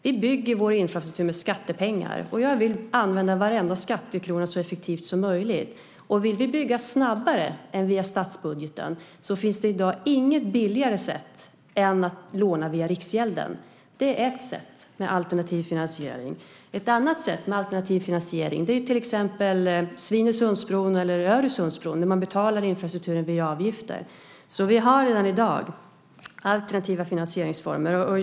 Vi bygger vår infrastruktur med skattepengar, och jag vill använda varenda skattekrona så effektivt som möjligt. Om vi vill bygga snabbare än via statsbudgeten finns det i dag inget billigare sätt än att låna via Riksgälden. Det är ett sätt att ha alternativ finansiering. Ett annat sätt är till exempel Svinesundsbron eller Öresundsbron, där man betalar infrastruktur via avgifter. Vi har alltså redan i dag alternativa finansieringsformer.